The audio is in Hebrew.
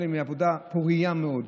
העבודה שלהן היא עבודה פורייה מאוד,